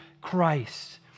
Christ